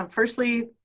um firstly,